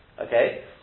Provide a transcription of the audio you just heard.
Okay